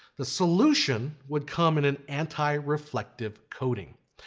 the solution would come and in anti reflective coating.